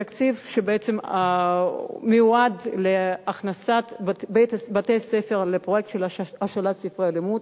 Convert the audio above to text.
תקציב שבעצם מיועד להכנסת בתי-ספר לפרויקט של השאלת ספרי לימוד,